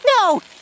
no